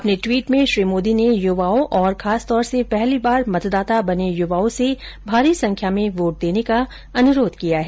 अपने ट्वीट में श्री मोदी ने युवाओं और खासतौर से पहली बार मतदाता बने युवा से भारी संख्या में वोट देने का अनुरोध किया है